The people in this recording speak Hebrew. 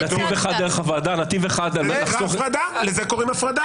נתנו לך דרך הוועדה נתיב אחד -- לזה קוראים הפרדה.